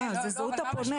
אה, זה זהות הפונה.